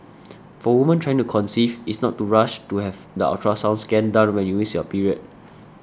for women trying to conceive is not to rush to have the ultrasound scan done when you miss your period